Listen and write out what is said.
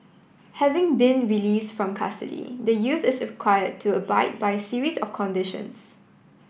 having been release from custody the youth is required to abide by a series of conditions